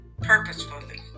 purposefully